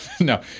No